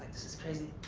this is crazy.